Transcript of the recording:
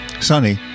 sunny